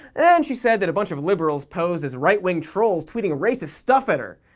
and she said that a bunch of liberals posed as right-wing trolls tweeting racist stuff at her,